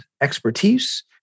expertise